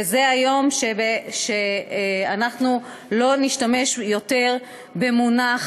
ומהיום אנחנו לא נשתמש יותר במונח